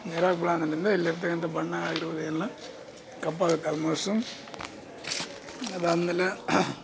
ನೇರ್ವಾಗಿ ಇಲ್ಲಿರ್ತಕ್ಕಂಥ ಬಣ್ಣ ಇರುವುದೆಲ್ಲ ಕಪ್ಪಾಗತ್ತೆ ಆಲ್ಮೋಸ್ಟು ಅದಾದ ಮೇಲೆ